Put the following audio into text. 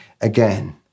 again